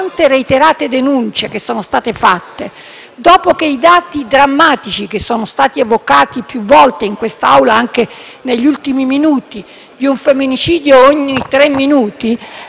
tante reiterate denunce che sono state fatte, dopo i dati drammatici che sono stati evocati più volte in quest'Aula, anche negli ultimi minuti, di un femminicidio ogni tre minuti,